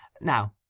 Now